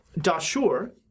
Dashur